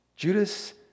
Judas